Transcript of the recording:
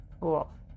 cool